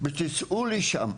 ותצאו לשם,